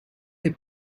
they